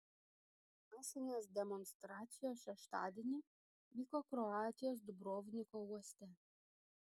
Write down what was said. masinės demonstracijos šeštadienį vyko kroatijos dubrovniko uoste